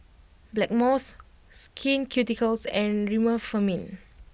Blackmores Skin Ceuticals and Remifemin